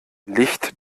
licht